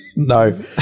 No